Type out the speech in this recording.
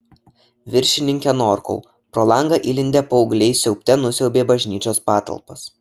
viršininke norkau pro langą įlindę paaugliai siaubte nusiaubė bažnyčios patalpas